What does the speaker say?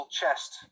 chest